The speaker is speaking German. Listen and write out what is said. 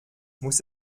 muss